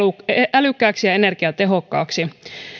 älykkääksi ja energiatehokkaaksi